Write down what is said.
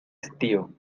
estío